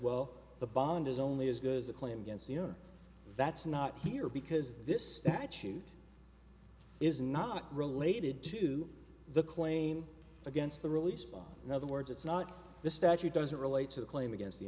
well the bond is only as good as a claim against you know that's not here because this statute is not related to the claim against the release in other words it's not the statute doesn't relate to the claim against the